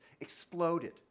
exploded